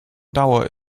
dauer